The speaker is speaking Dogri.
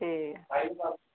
ठीक ऐ